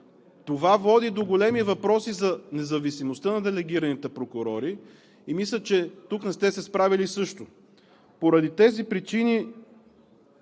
Това води до големи въпроси за независимостта на делегираните прокурори и мисля, че тук също не сте се справили. Поради тези причини